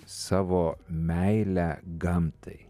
savo meilę gamtai